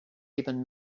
even